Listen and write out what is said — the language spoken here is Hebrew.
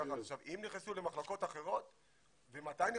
31. אם נכנסו למחלקות אחרות ומתי נכנסו,